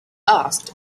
asked